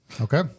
Okay